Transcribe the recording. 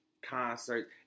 Concerts